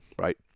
right